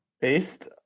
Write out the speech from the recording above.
based